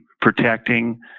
protecting